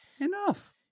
enough